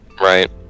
Right